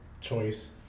choice